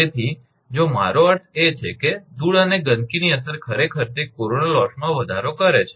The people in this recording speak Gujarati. તેથી જો મારો અર્થ એ છે કે ધૂળ અને ગંદકીની અસર ખરેખર તે કોરોના લોસમાં વધારો કરે છે